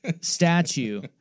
statue